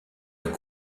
est